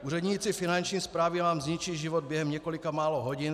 Úředníci Finanční správy vám zničí život během několika málo hodin.